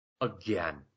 again